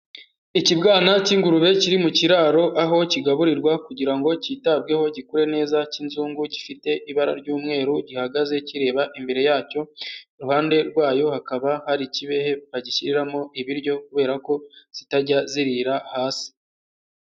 Ikibwana cy'ingurube kiri mu kiraro aho kigaburirwa kugira ngo cyitabweho, gikure neza cy'inzungu, gifite ibara ry'umweru, gihagaze kireba imbere yacyo, iruhande rwayo hakaba hari ikibehe bagishyiriramo ibiryo kubera ko zitajya zirira hasi.